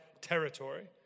territory